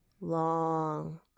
long